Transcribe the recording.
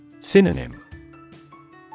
Synonym